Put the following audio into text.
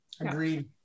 Agreed